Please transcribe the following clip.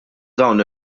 dawn